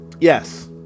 Yes